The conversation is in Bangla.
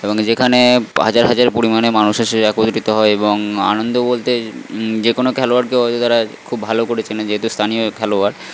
এবং যেখানে হাজার হাজার পরিমাণে মানুষ এসে একত্রিত হয় এবং আনন্দ বলতে যে কোনো খেলোয়াড়কে হয়তো তারা খুব ভালো করে চেনে যেহেতু স্থানীয় খেলোয়াড়